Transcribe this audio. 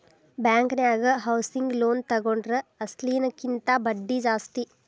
ಬ್ಯಾಂಕನ್ಯಾಗ housing loan ತಗೊಂಡ್ರ ಅಸ್ಲಿನ ಕಿಂತಾ ಬಡ್ದಿ ಜಾಸ್ತಿ